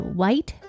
white